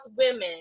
women